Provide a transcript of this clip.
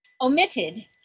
Omitted